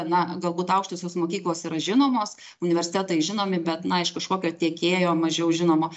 na galbūt aukštosios mokyklos yra žinomos universitetai žinomi bet na iš kažkokio tiekėjo mažiau žinomo